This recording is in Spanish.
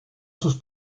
sus